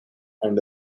and